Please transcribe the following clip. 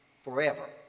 forever